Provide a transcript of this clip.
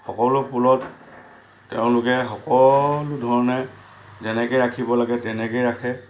সকলো ফুলক তেওঁলোকে সকলো ধৰণে যেনেকৈ ৰাখিব লাগে তেনেকৈ ৰাখে